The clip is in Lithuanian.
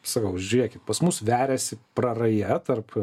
sakau žiūrėkit pas mus veriasi praraja tarp